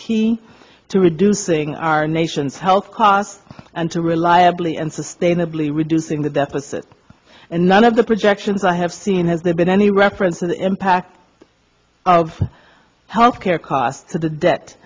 key to reducing our nation's health costs and to reliably and sustainably reducing the deficit and none of the projections i have seen has there been any reference to the impact of health care costs to the debt